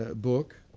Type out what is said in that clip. ah book